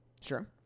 Sure